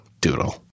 doodle